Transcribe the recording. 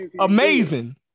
amazing